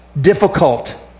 difficult